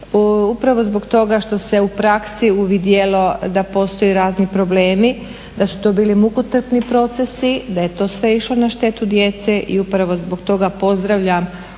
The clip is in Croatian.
upravo zbog toga što se u praksi uvidjelo da postoje razni problemi, da su to bili mukotrpni procesi, da je to sve išlo na štetu djece i upravo zbog toga pozdravljam